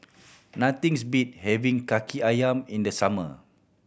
nothing's beats having Kaki Ayam in the summer